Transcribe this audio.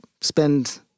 spend